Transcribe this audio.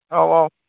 औ औ